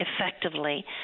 effectively